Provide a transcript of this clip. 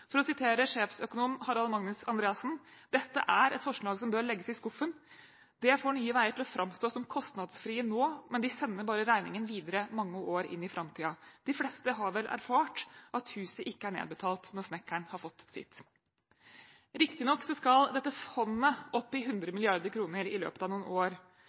For å sitere sjefsøkonom Harald Magnus Andreassen: «Dette er et forslag som bør legges i skuffen. Det får nye veier til å fremstå som kostnadsfrie nå, men de sender bare regningen videre mange år inn i fremtiden. De fleste har vel erfart at huset ikke er nedbetalt når snekkeren har fått sitt.» Riktignok skal dette fondet opp i 100 mrd. kr i løpet av noen år,